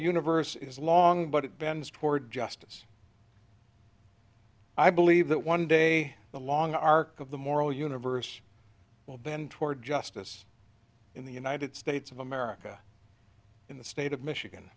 universe is long but it bends toward justice i believe that one day the long arc of the moral universe will bend toward justice in the united states of america in the state of michigan